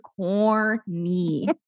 corny